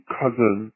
cousin